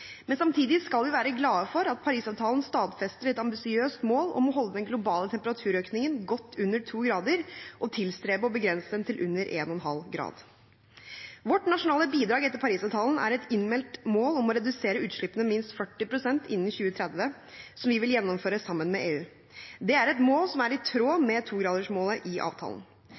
men samtidig skal vi være glade for at Paris-avtalen stadfester et ambisiøst mål om å holde den globale temperaturøkningen godt under 2 grader og tilstrebe å begrense den til under 1,5 grader. Vårt nasjonale bidrag etter Paris-avtalen er et innmeldt mål om å redusere utslippene med minst 40 pst. innen 2030, som vi vil gjennomføre sammen med EU. Det er et mål som er i tråd med togradersmålet i avtalen.